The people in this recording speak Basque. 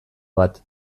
bat